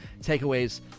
takeaways